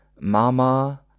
Mama